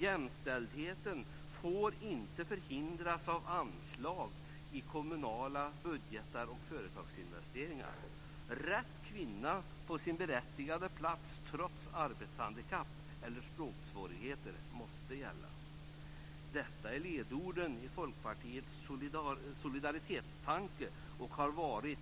Jämställdheten får inte förhindras av anslag i kommunala budgetar och företagsinvesteringar. Rätt kvinna på sin berättigade plats trots arbetshandikapp eller språksvårigheter måste gälla. Detta är ledorden i Folkpartiets solidaritetstanke och har varit